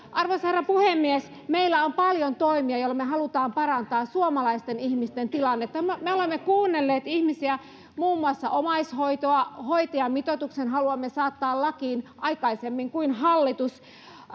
arvoisa herra puhemies meillä on paljon toimia joilla me haluamme parantaa suomalaisten ihmisten tilannetta me me olemme kuunnelleet ihmisiä muun muassa omaishoitoa hoitajamitoituksen haluamme saattaa lakiin aikaisemmin kuin hallitus